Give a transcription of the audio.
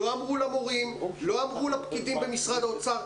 לא אמרו למורים, לא אמרו לפקידים במשרד האוצר.